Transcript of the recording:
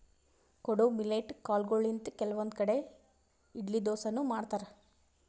ಕೊಡೊ ಮಿಲ್ಲೆಟ್ ಕಾಲ್ಗೊಳಿಂತ್ ಕೆಲವಂದ್ ಕಡಿ ಇಡ್ಲಿ ದೋಸಾನು ಮಾಡ್ತಾರ್